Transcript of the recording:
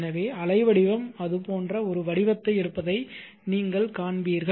எனவே அலை வடிவம் அது போன்ற ஒரு வடிவத்தை எடுப்பதை நீங்கள் காண்பீர்கள்